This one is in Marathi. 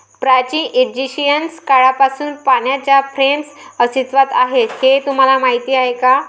प्राचीन इजिप्शियन काळापासून पाण्याच्या फ्रेम्स अस्तित्वात आहेत हे तुम्हाला माहीत आहे का?